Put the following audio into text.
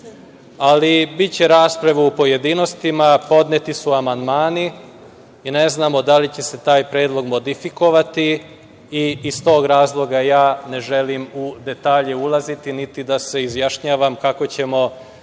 postići. Biće rasprave u pojedinostima, podneti su amandmani i ne znamo da li će se taj predlog modifikovati. Iz tog razloga ja ne želim u detalje ulaziti, niti da se izjašnjavam kako ćemo